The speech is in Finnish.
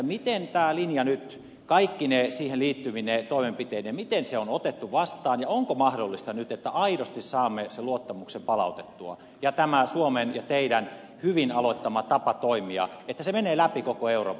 miten tämä linja nyt kaikkine siihen liittyvine toimenpiteineen on otettu vastaan ja onko nyt mahdollista että aidosti saamme sen luottamuksen palautettua ja että tämä suomen ja teidän hyvin aloittamanne tapa toimia menee läpi koko euroopan